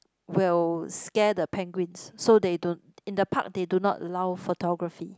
will scare the penguins so they don't in the park they do not allow photography